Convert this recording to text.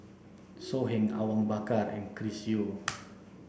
So Heng Awang Bakar and Chris Yeo